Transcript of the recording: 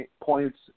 points